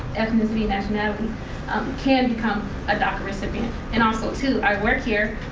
ethnicity, nationality can become a daca recipient and also, too, i work here,